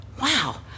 wow